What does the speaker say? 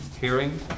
hearing